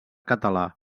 català